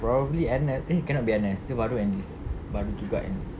probably N_S eh cannot be N_S dia baru enlist baru juga enlist